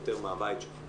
וגם מה שקורה בעולם,